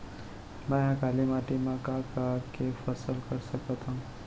मै ह काली माटी मा का का के फसल कर सकत हव?